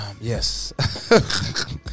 Yes